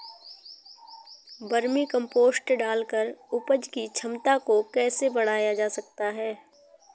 Vermi compost डालकर उपज की क्षमता को कैसे बढ़ाया जा सकता है?